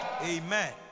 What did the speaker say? Amen